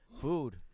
Food